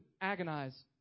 agonize